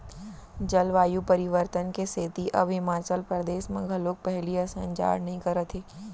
जलवायु परिवर्तन के सेती अब हिमाचल परदेस म घलोक पहिली असन जाड़ नइ करत हे